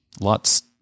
lots